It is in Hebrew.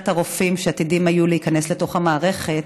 הרופאים שעתידים היו להיכנס לתוך המערכת.